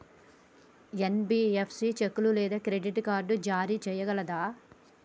NBFC చెక్కులు లేదా credit card జారీ చేయగలదా?